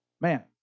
Man